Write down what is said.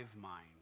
mind